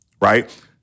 right